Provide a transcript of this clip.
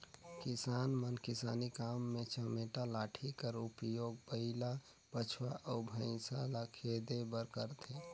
किसान मन किसानी काम मे चमेटा लाठी कर उपियोग बइला, बछवा अउ भइसा ल खेदे बर करथे